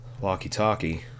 walkie-talkie